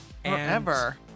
Forever